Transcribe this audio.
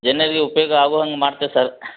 ಜನರಿಗೆ ಉಪಯೋಗ ಆಗು ಹಂಗೆ ಮಾಡ್ತೇವೆ ಸರ್